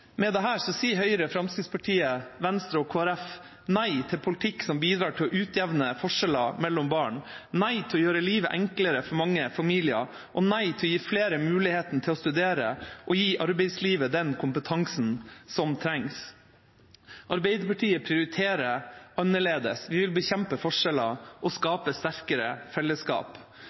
Med dette sier Høyre, Fremskrittspartiet, Venstre og Kristelig Folkeparti nei til politikk som bidrar til å utjevne forskjeller mellom barn, nei til å gjøre livet enklere for mange familier og nei til å gi flere muligheten til å studere og gi arbeidslivet den kompetansen som trengs. Arbeiderpartiet prioriterer annerledes. Vi vil bekjempe forskjeller og skape sterkere fellesskap.